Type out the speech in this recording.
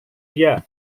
dia